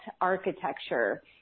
architecture